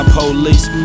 police